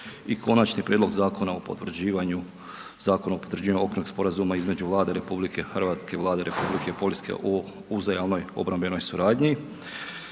Konačni prijedlog Zakona o potvrđivanju Okvirnog sporazuma između Vlade Republike Hrvatske i Vlade Republike Poljske o uzajamnoj i obrambenoj suradnji,